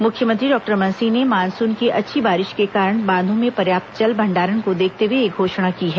मुख्यमंत्री डॉक्टर रमन सिंह ने मानसून की अच्छी बारिश के कारण बांधों में पर्याप्त जल भण्डारण को देखते हए यह घोषणा की है